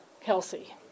Kelsey